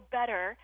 better